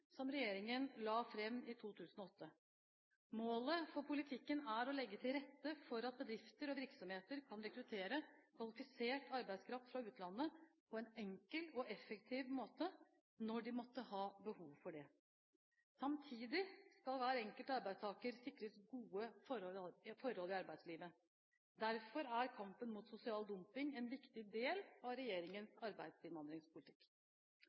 som regjeringen la fram i 2008. Målet for politikken er å legge til rette for at bedrifter og virksomheter kan rekruttere kvalifisert arbeidskraft fra utlandet på en enkel og effektiv måte, når de måtte ha behov for det. Samtidig skal hver enkelt arbeidstaker sikres gode forhold i arbeidslivet. Derfor er kampen mot sosial dumping en viktig del av